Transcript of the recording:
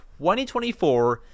2024